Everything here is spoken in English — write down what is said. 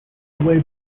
away